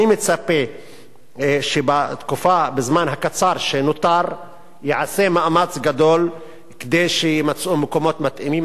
אני מצפה שבזמן הקצר שנותר ייעשה מאמץ גדול כדי שיימצאו מקומות מתאימים.